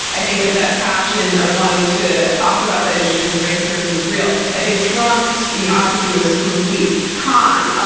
i think that that passion of wanting to talk about that issue in frank terms was real. i think trump obviously was a complete con,